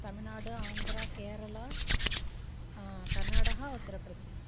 Tamil Nadu Andhra Kerala Karnataka Uttar Pradesh